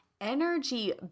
energy